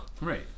Right